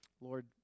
Lord